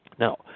Now